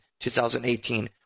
2018